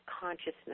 consciousness